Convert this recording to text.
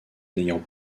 n’ayant